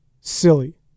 silly